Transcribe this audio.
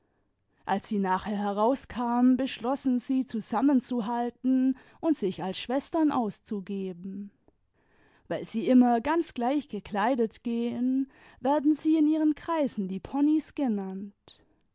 als sie nachher herauskamen beschlossen sie zusammenzuhalten und sich als schwestern auszugeben weil sie inmier ganz gleich gekleidet gehen werden sie in ihren kreisen die ponys genannt